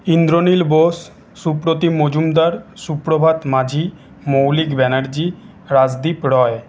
Indranil Bose Supratim Majumdar Suprabhat Majhi Moulik Banerjee Rajdeep Roy